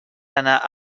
anar